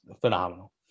phenomenal